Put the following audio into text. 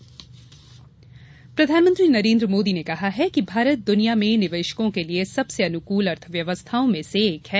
प्रधानमंत्री प्रधानमंत्री नरेन्द्र मोदी ने कहा है कि भारत दुनिया में निवेशकों के लिये सबसे अनुकूल अर्थ व्यवस्थायों में से एक है